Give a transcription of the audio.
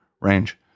range